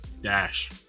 dash